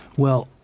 well,